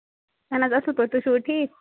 اَہَن حظ اَصٕل پٲٹھۍ تُہۍ چھِوا ٹھیٖک